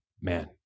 man